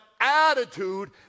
Attitude